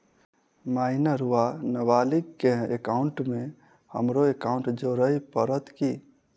Minor वा नबालिग केँ एकाउंटमे हमरो एकाउन्ट जोड़य पड़त की?